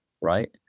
right